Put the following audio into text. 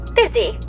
busy